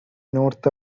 north